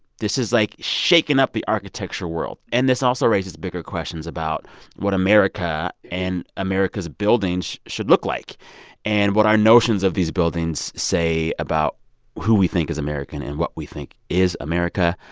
this is, like, shaking up the architecture world. and this also raises bigger questions about what america and america's buildings should look like and what our notions of these buildings say about who we think is american and what we think is america.